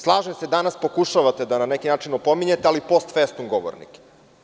Slažem se, danas pokušavate na neki način da opominjete, ali post festum, govornike.